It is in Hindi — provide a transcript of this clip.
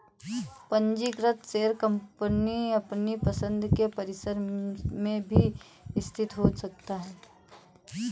पंजीकृत शेयर कंपनी अपनी पसंद के परिसर में भी स्थित हो सकता है